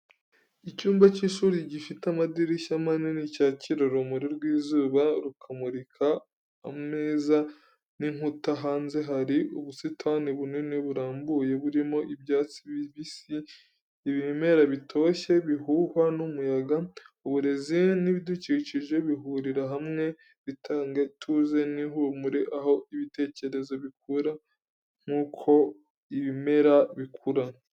Icyumba cy’ishuri gifite amadirishya manini cyakira urumuri rw’izuba, rukamurikira ameza n’inkuta. Hanze hari ubusitani bunini burambuye, burimo ibyatsi bibisi, ibimera bitoshye bihuhwa n’umuyaga. Uburezi n’ibidukikije bihurira hamwe, bitanga ituze n’ihumure, aho ibitekerezo bikura nk’uko ibimera bikura.